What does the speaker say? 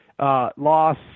loss